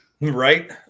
Right